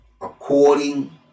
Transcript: according